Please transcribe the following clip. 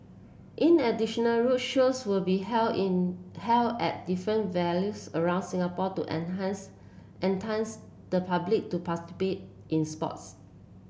in additional roadshows will be held in held at different venues around Singapore to entice the public to in sports